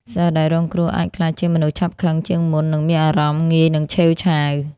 សិស្សដែលរងគ្រោះអាចក្លាយជាមនុស្ស ឆាប់ខឹង ជាងមុន និងមានអារម្មណ៍ងាយនឹងឆេវឆាវ។